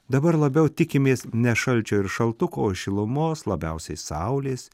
dabar labiau tikimės ne šalčio ir šaltuko o šilumos labiausiai saulės